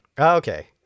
Okay